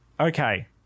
okay